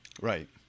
Right